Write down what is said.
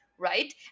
Right